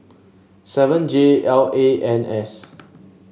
seven J L A N S